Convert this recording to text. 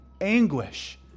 anguish